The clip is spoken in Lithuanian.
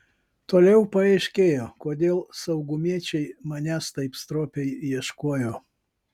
toliau paaiškėjo kodėl saugumiečiai manęs taip stropiai ieškojo